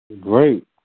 Great